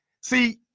see